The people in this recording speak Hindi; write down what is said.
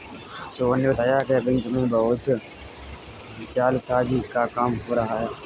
सोहन ने बताया कि बैंक में बहुत से जालसाजी का काम हो रहा है